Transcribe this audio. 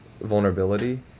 vulnerability